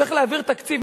צריך להעביר תקציב.